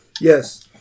Yes